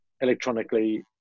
electronically